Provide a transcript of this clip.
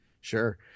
Sure